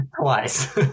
Twice